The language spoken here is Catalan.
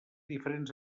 diferents